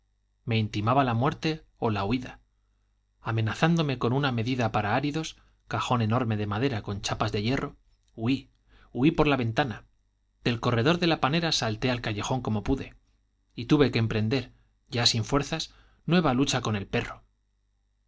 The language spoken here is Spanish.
me intimaba la muerte o la huida amenazándome con una medida para áridos cajón enorme de madera con chapas de hierro huí huí por la ventana del corredor de la panera salté al callejón como pude y tuve que emprender ya sin fuerzas nueva lucha con el perro